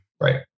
Right